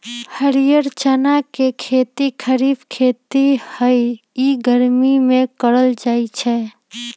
हरीयर चना के खेती खरिफ खेती हइ इ गर्मि में करल जाय छै